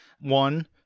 one-